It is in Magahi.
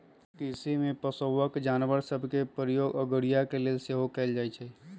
कृषि में पोशौआका जानवर सभ के प्रयोग अगोरिया के लेल सेहो कएल जाइ छइ